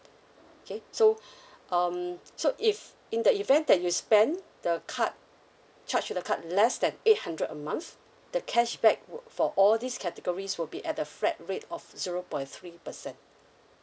okay so um so if in the event that you spend the card charge to the card less than eight hundred a month the cashback would for all these categories will be at the flat rate of zero point three percent